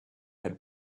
had